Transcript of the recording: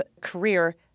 career